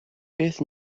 beth